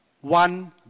one